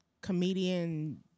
comedian